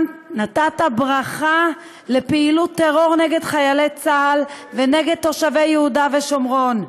נתת ברכה לפעילות טרור נגד חיילי צה"ל ונגד תושבי יהודה ושומרון.